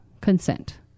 consent